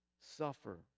suffer